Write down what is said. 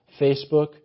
Facebook